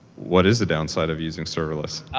what is the downside of using serverless?